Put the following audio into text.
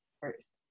first